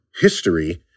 history